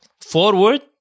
forward